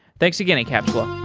thanks again, encapsula.